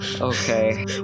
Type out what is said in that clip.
Okay